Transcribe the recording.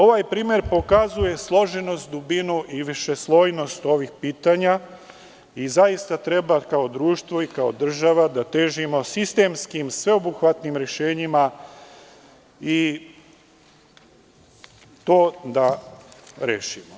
Ovaj primer pokazuje složenost, dubinu i višeslojnost ovih pitanja i zaista treba, kao društvo i kao država, da težimo sistemskim, sveobuhvatnim rešenjima i da to rešimo.